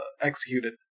executed